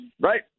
right